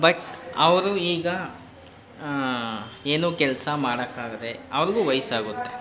but ಅವರು ಈಗ ಏನೂ ಕೆಲಸ ಮಾಡಕಾಗದೆ ಅವರಿಗೂ ವಯಸ್ಸಾಗುತ್ತೆ